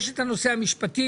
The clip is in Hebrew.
יש את הנושא המשפטי,